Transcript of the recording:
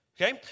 okay